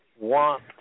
want